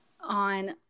on